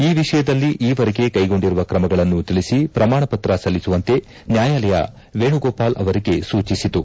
ಈ ವಿಷಯದಲ್ಲಿ ಈವರೆಗೆ ಕೈಗೊಂಡಿರುವ ಕ್ರಮಗಳನ್ನು ತಿಳಿಸಿ ಪ್ರಮಾಣಪತ್ರ ಸಲ್ಲಿಸುವಂತೆ ನ್ಯಾಯಾಲಯ ವೇಣುಗೋಪಾಲ್ ಅವರಿಗೆ ಸೂಚಿಸಿತು